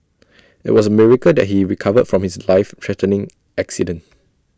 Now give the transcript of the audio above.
IT was A miracle that he recovered from his life threatening accident